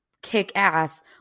kick-ass